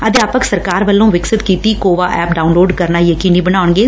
ਅਧਿਆਪਕ ਸਰਕਾਰ ਵੱਲੋਂ ਵਿਕਸਿਤ ਕੀਤੀ ਕੋਵਾ ਐਪ ਡਾਉਨਲੋਡ ਕਰਨਾ ਯਕੀਨੀ ਬਣਾਉਣਗੇ